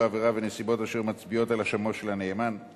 העבירה ונסיבות אשר מצביעות על אשמו של הנאשם,